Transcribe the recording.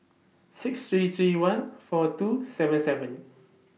six three three one four two seven seven